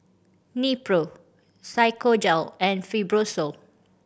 Nepro Physiogel and Fibrosol